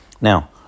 now